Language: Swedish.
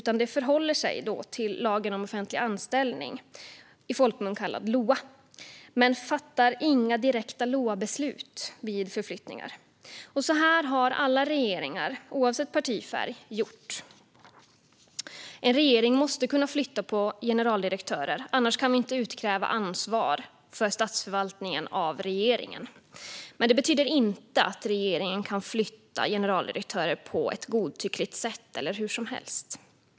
Man förhåller sig till lagen om offentlig anställning, i folkmun kallad LOA, men fattar inga direkta LOA-beslut vid förflyttningar. Så här har alla regeringar, oavsett partifärg, gjort. En regering måste kunna flytta på generaldirektörer, annars kan vi inte utkräva ansvar för statsförvaltningen av regeringen. Men det betyder inte att regeringen kan flytta generaldirektörer på ett godtyckligt sätt eller hur som helst.